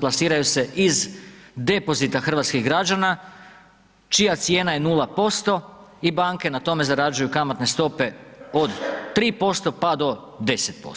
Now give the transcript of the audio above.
plasiraju se iz depozita hrvatskih građana čija cijena je 0% i banke na tome zarađuju kamatne stope od 3% pa do 10%